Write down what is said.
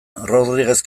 rodriguez